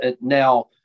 Now